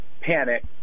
panic